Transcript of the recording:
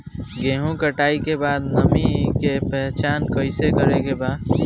गेहूं कटाई के बाद नमी के पहचान कैसे करेके बा?